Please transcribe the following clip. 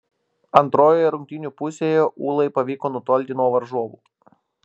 antrojoje rungtynių pusėje ūlai pavyko nutolti nuo varžovų